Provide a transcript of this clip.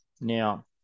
Now